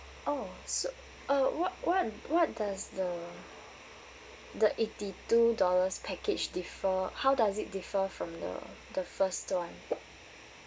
oh so uh what what what does the the eighty-two dollars package differ how does it differ from the the first [one]